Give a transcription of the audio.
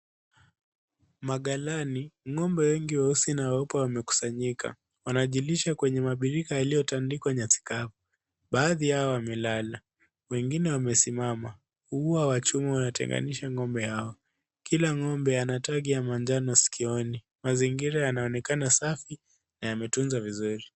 Maghalani, ng'ombe wengi weusi na weupe wamekusanyika. Wanajilisha kwenye mabirika yaliyotandikwa nyasi kavu. Baadhi yao wamelala, wengini wamesimama. Ua wa chuma unatenganisha ng'ombe hawa. Kila ng'ombe ana tagi ya manjano sikioni. Mazingira yanaonekana safi na yametunzwa vizuri.